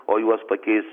o juos pakeis